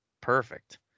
perfect